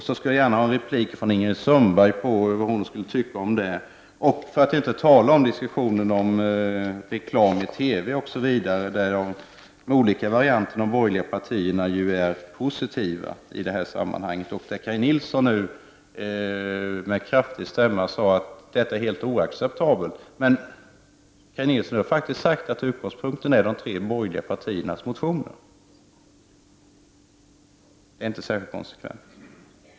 Jag skulle också vilja ha en replik från Ingrid Sundberg och höra vad hon tycker om detta, för att inte tala om diskussionen om reklam i TV som ju de borgerliga partierna är positiva till. Kaj Nilsson sade med kraft i stämma att reklam i TV är helt oacceptabel. Men Kaj Nilsson har sagt att utgångspunkten är de tre borgerliga partiernas motioner. Detta är inte särskilt konsekvent.